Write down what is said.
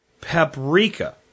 paprika